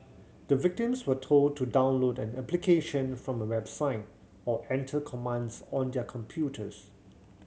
the victims were told to download an application from a website or enter commands on their computers